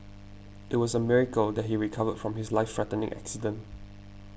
there was a miracle that he recovered from his life threatening accident